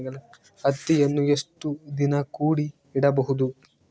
ಹತ್ತಿಯನ್ನು ಎಷ್ಟು ದಿನ ಕೂಡಿ ಇಡಬಹುದು?